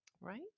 Right